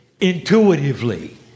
intuitively